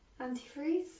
antifreeze